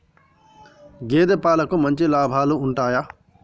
గేదే పాలకి మంచి లాభాలు ఉంటయా?